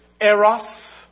Eros